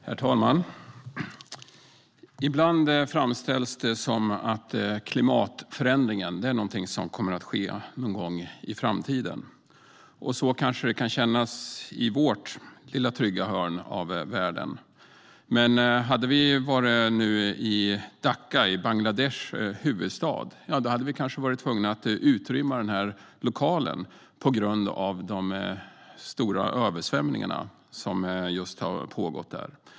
Herr talman! Ibland framställs det som att klimatförändringen är någonting som kommer att ske någon gång i framtiden. Så kanske det kan kännas i vårt lilla trygga hörn av världen. Men hade vi nu varit i Dhaka, Bangladeshs huvudstad, hade vi kanske varit tvungna att utrymma den här lokalen på grund av de stora översvämningar som just pågått där.